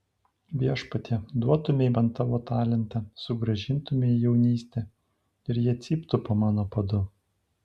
viešpatie duotumei man tavo talentą sugrąžintumei jaunystę ir jie cyptų po mano padu